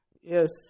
yes